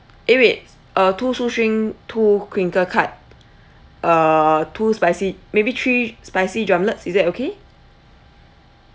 eh wait uh two shoestring two crinkle cut uh two spicy maybe three spicy drumlets is that okay